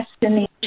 Destiny